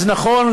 אז נכון,